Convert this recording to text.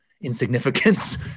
insignificance